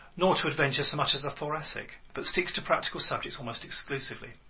nor to adventure so much as the thoracic but sticks to practical subjects almost exclusively.